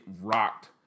rocked